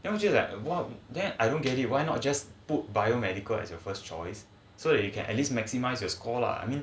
then 我就 like one then I don't get it why not just put biomedical as your first choice so that you can at least maximise your score lah I mean